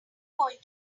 going